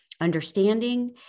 understanding